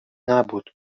نبود